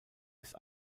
ist